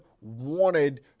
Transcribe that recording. wanted